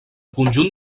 conjunt